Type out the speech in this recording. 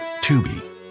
Tubi